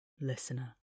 listener